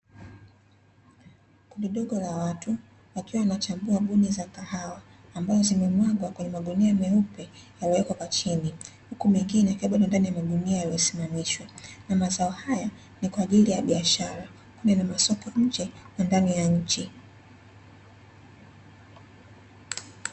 Kundi dogo la watu wakiwa wanachagua buni za kahawa ambazo zimemwagwa kwenye magunia meupe yaliyowekwa kwa chini huku mengine yakiwa bado ndani ya magunia yaliyosimamishwa, na mazao haya ni kwa ajili ya biashara ikiwemo na masoko nje na ndani ya nchi.